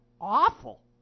awful